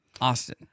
Austin